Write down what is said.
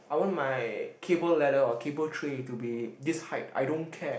I want my cable ladder or cable tray to be this height I don't care